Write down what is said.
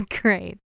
Great